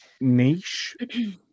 niche